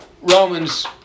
Romans